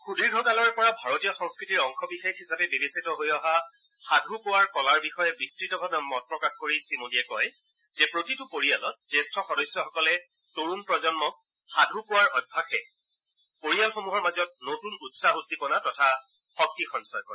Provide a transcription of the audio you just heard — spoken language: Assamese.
সুদীৰ্ঘকালৰে পৰা ভাৰতীয় সংস্কৃতিৰ অংশবিশেষ হিচাপে বিবেচিত হৈ অহা সাধু কোৱাৰ কলাৰ বিষয়ে বিস্ততভাৱে মত প্ৰকাশ কৰি শ্ৰীমোদীয়ে কয় যে প্ৰতিটো পৰিয়ালত জ্যেষ্ঠ সদস্যসকলে তৰুণ প্ৰজন্মক সাধু কোৱাৰ অভ্যাসে পৰিয়ালসমূহৰ মাজত নতুন উৎসাহ উদ্দীপনা তথা শক্তি সঞ্চয় কৰে